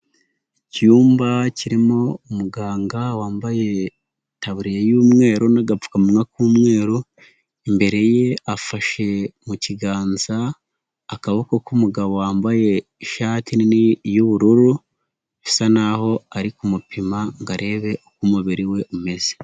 Icyumba kirimo umuganga wambaye itaburiya y'umweru n'agapfukamuwa k'umweru, imbere ye afashe mu kiganza akaboko k'umugabo wambaye ishati nini y'ubururu bisa n'aho ari kumupima ngo arebe uko umubiri we umeze.